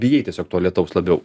bijai tiesiog to lietaus labiau